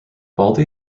baldy